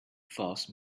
false